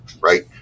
right